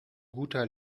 guter